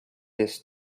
this